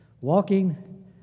walking